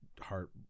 heart